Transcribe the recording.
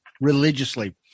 religiously